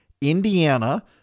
Indiana